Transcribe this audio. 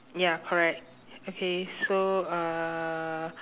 ya correct okay so uh